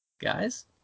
guys